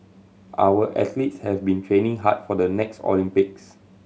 our athletes have been training hard for the next Olympics